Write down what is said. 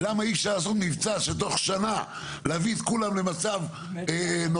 למה אי אפשר לעשות מבצע שתוך שנה להביא את כולן למצב נורמלי?